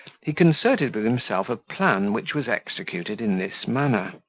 he concerted with himself a plan which was executed in this manner.